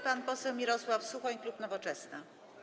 Pan poseł Mirosław Suchoń, klub Nowoczesna.